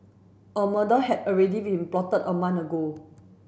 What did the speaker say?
a murder had already been plotted a month ago